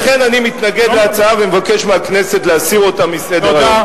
לכן אני מתנגד להצעה ומבקש מהכנסת להסיר אותה מסדר-היום.